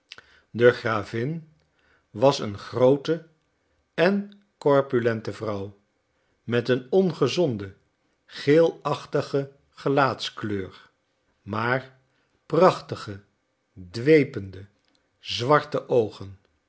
de gravin was een groote en corpulente vrouw met een ongezonde geelachtige gelaatskleur maar prachtige dwepende zwarte oogen